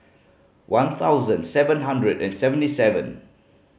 one thousand seven hundred and seventy seven